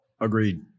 Agreed